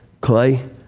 Clay